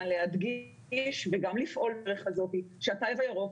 להדגיש וגם לפעול בדרך הזאת שהתו הירוק,